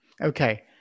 Okay